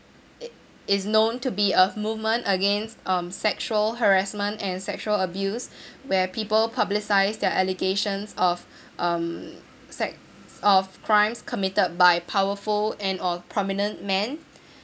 it is known to be a movement against um sexual harassment and sexual abuse where people publicise their allegation of um sex~ of crimes committed by powerful and or prominent men